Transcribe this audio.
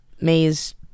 maze